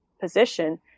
position